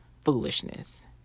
foolishness